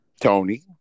Tony